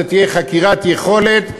זו תהיה חקירת יכולת,